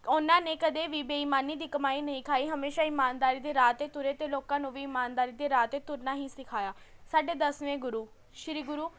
ਉਹਨਾਂ ਨੇ ਕਦੇ ਵੀ ਬੇਈਮਾਨੀ ਦੀ ਕਮਾਈ ਨਹੀਂ ਖਾਈ ਹਮੇਸ਼ਾਂ ਇਮਾਨਦਾਰੀ ਦੇ ਰਾਹ 'ਤੇ ਤੁਰੇ ਅਤੇ ਲੋਕਾਂ ਨੂੰ ਵੀ ਇਮਾਨਦਾਰੀ ਦੇ ਰਾਹ 'ਤੇ ਤੁਰਨਾ ਹੀ ਸਿਖਾਇਆ ਸਾਡੇ ਦਸਵੇਂ ਗੁਰੂ ਸ਼੍ਰੀ ਗੁਰੂ